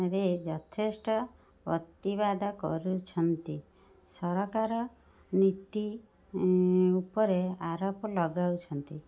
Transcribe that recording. ରେ ଯଥେଷ୍ଟ ପ୍ରତିବାଦ କରୁଛନ୍ତି ସରକାର ନିତି ଉପରେ ଆରୋପ ଲଗାଉଛନ୍ତି